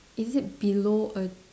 is it below a